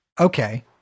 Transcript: okay